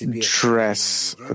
dress